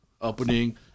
Opening